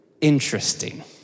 interesting